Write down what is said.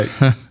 right